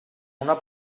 una